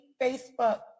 Facebook